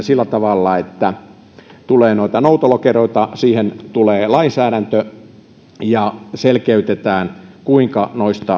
sillä tavalla että tulee noutolokeroita ja siihen tulee lainsäädäntö ja selkeytetään sitä kuinka